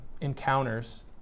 encounters